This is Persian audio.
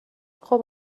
خوب